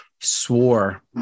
swore